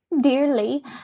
dearly